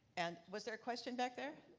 and was there a question back there?